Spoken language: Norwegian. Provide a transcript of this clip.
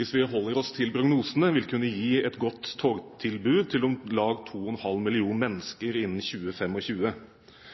hvis vi holder oss til prognosene, vil kunne gi et godt togtilbud til om lag 2,5 millioner mennesker innen